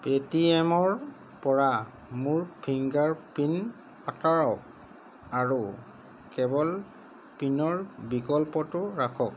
পে'টিএমৰ পৰা মোৰ ফিংগাৰ প্ৰিণ্ট আঁতৰাওক আৰু কেৱল পিনৰ বিকল্পটো ৰাখক